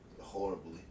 horribly